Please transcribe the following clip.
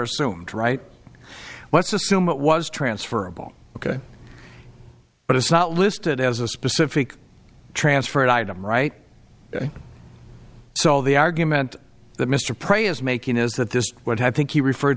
assume to write what's assume what was transferable ok but it's not listed as a specific transferred item right so the argument that mr prey is making is that this would have think he referred